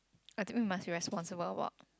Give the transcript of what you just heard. I think we must be responsible about